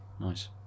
Nice